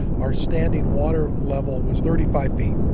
our standing water level was thirty five feet.